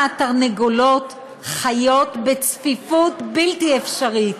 התרנגולות חיות בצפיפות בלתי אפשרית,